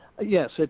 Yes